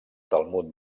talmud